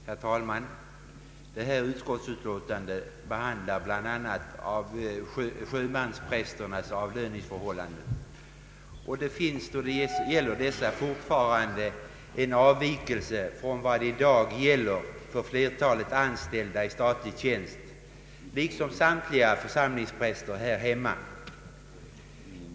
Herr talman! Detta utskottsutlåtande behandlar bl.a. sjömansprästernas avlöningsförhållanden. Då det gäller dem finns fortfarande en avvikelse från vad i dag gäller för flertalet anställda i statlig tjänst liksom för samtliga församlingspräster här hemma.